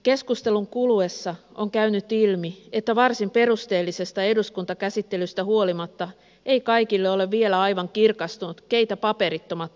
keskustelun kuluessa on käynyt ilmi että varsin perusteellisesta eduskuntakäsittelystä huolimatta ei kaikille ole vielä aivan kirkastunut keitä paperittomat oikein ovat